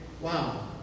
Wow